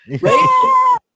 Right